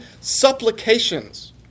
supplications